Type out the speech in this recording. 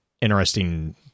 interesting